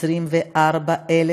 24,000